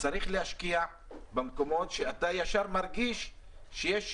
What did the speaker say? צריך להשקיע במקומות שאתה מיד מרגיש שיש